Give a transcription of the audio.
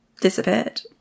disappeared